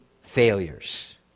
failures